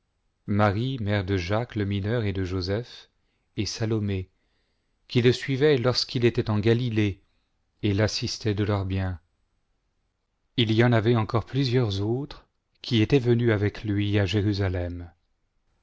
marie mère de jacques le mineur et de joseph et salait qui le suivaient lorsqu'il était en galilée et l'assistaient de leur bien il y en avait encore plusieurs autres qui étaient venues avec lui à jérusalem